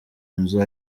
nzu